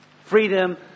Freedom